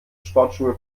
sportschuhe